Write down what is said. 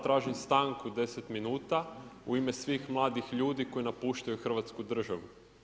Tražim stanku deset minuta u ime svih mladih ljudi koji napuštaju Hrvatsku državu.